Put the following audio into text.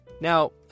Now